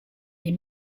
les